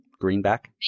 greenback